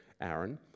Aaron